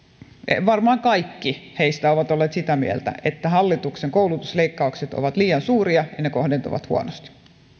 varmaan kaikki heistä ovat olleet sitä mieltä että hallituksen koulutusleikkaukset ovat liian suuria ja ne kohdentuvat huonosti